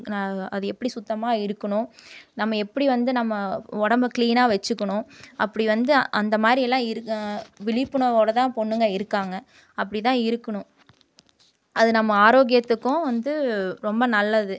நான் அது எப்படி சுத்தமாக இருக்கணும் நம்ம எப்படி வந்து நம்ம உடம்ப கிளீன்னாக வச்சிக்கணும் அப்படி வந்து அந்த மாதிரியெல்லாம் இருக்க விழிப்புணர்வோடு தான் பொண்ணுங்க இருக்காங்க அப்படி தான் இருக்கணும் அது நம்ம ஆரோக்கியத்துக்கும் வந்து ரொம்ப நல்லது